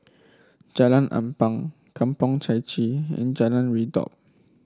Jalan Ampang Kampong Chai Chee and Jalan Redop